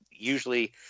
usually